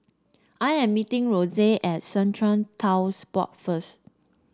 I am meeting Reese at Strata Titles Board first